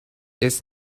it’s